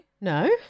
No